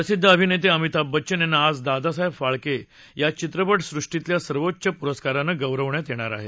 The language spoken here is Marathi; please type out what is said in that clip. प्रसिद्ध अभिनेते अमिताभ बच्चन यांना आज दादासाहेब फाळके या चित्रपट सृष्टीतल्या सर्वोच्च पुरस्कारानं गौरवण्यात येणार आहे